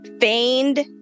feigned